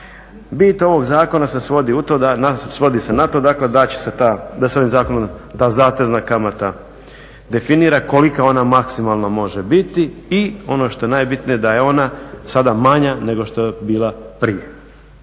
Bit ovog zakona svodi se na to da se ovim zakonom ta zatezna kamata definira, koliko ona maksimalno može biti i ono što je najbitnije da je ona sada manja nego što je bila prije.